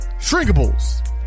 Shrinkables